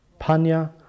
Panya